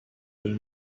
del